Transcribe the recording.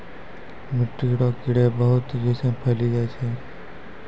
मिट्टी रो कीड़े बहुत तेजी से फैली जाय छै